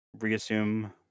reassume